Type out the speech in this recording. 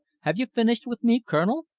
have you finished with me, colonel?